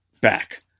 back